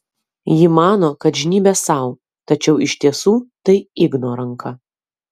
ji mano kad žnybia sau tačiau iš tiesų tai igno ranka